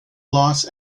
loss